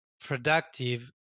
productive